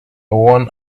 won